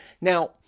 Now